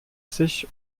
sich